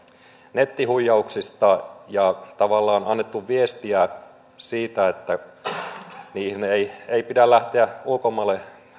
nettihuijauksista ja tavallaan on annettu viestiä siitä että ei ei pidä lähteä ulkomaille